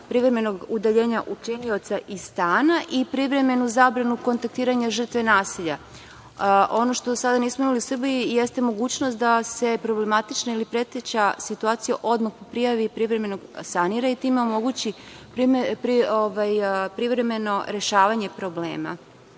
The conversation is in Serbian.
privremenog udaljenja učinioca iz stana i privremenu zabranu kontaktiranja žrtve nasilja. Ono što do sada nismo imali u Srbiji jeste mogućnost da se problematična ili preteća situacija odmah prijavi i privremeno sanira, a time omogući privremeno rešavanje problema. Iz